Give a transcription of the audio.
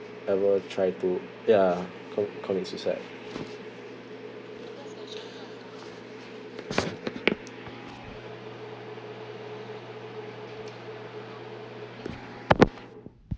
ever try to ya co~ commit suicide